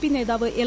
P നേതാവ്എൽ